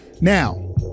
Now